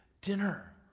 dinner